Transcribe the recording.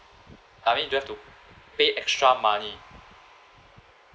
I mean you have to pay extra money